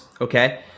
okay